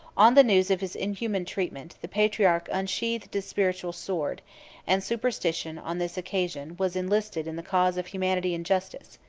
on the news of his inhuman treatment, the patriarch unsheathed the spiritual sword and superstition, on this occasion, was enlisted in the cause of humanity and justice.